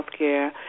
Healthcare